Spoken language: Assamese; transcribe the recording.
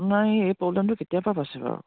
আপোনাৰ এই প্ৰব্লেমটো কেতিয়াৰ পৰা পাইছে বাৰু